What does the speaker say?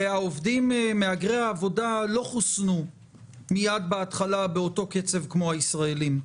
מהגרי העבודה לא חוסנו מיד בהתחלה באותו קצב כמו הישראלים.